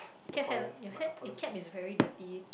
cap hella your hat your cap is very dirty